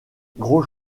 gros